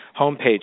homepage